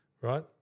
Right